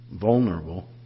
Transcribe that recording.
vulnerable